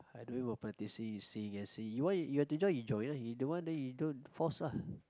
I'm doing for practicing i see I see you want you have to join you join lah you don't want then you don't force ah